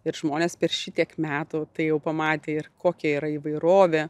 ir žmonės per šitiek metų tai jau pamatė ir kokia yra įvairovė